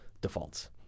defaults